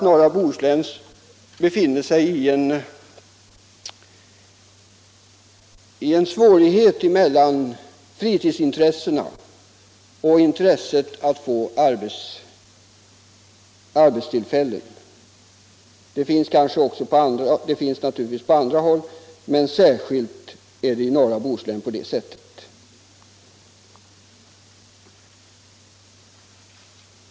Norra Bohuslän har kommit i kläm mellan fritidsintressena och intresset att få arbetstillfällen. Sådana besvärligheter finns naturligtvis också på andra håll, men de är särskilt kännbara i norra Bohuslän.